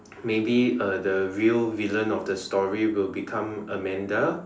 maybe uh the real villain of the story will become Amanda